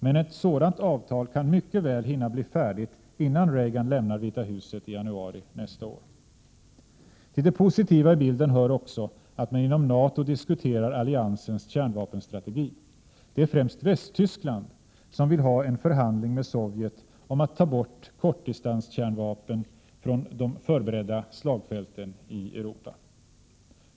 Men ett sådant avtal kan mycket väl hinna bli färdigt innan Reagan lämnar Vita huset i januari nästa år. Till det positiva i bilden hör också att man inom NATO diskuterar alliansens kärnvapenstrategi. Det är främst Västtyskland som vill ha en förhandling med Sovjet om att ta bort kortdistanskärnvapnen från de förberedda slagfälten i Europa.